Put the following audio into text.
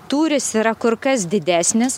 tūris yra kur kas didesnis